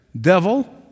Devil